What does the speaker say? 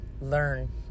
learn